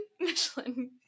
Michelin